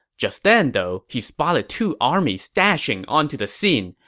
just then, though, he spotted two armies dashing onto the scene.